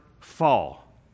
fall